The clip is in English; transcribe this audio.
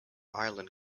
island